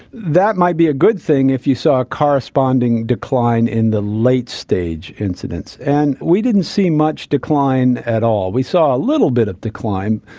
that might be a good thing if you saw a corresponding decline in the late-stage incidence, and we didn't see much decline at all. we saw a little bit of decline,